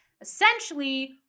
essentially